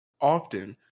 Often